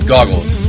Goggles